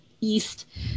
east